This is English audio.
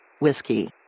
Whiskey